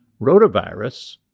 Rotavirus